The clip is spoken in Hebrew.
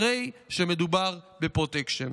הרי שמדובר בפרוטקשן.